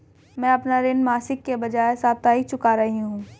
मैं अपना ऋण मासिक के बजाय साप्ताहिक चुका रही हूँ